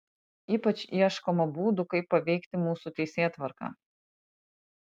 ypač ieškoma būdų kaip paveikti mūsų teisėtvarką